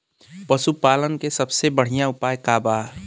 पशु पालन के सबसे बढ़ियां उपाय का बा?